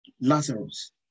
Lazarus